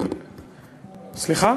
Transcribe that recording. סליחה?